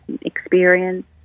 experience